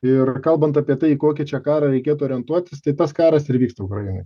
ir kalbant apie tai į kokį čia karą reikėtų orientuotis tai tas karas ir vyksta ukrainoj